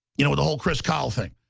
you know the whole chris kyle thing